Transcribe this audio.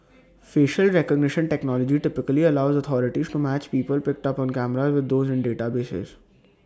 facial recognition technology typically allows authorities to match people picked up on cameras with those in databases